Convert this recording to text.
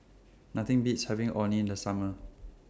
Nothing Beats having Orh Nee in The Summer